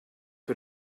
que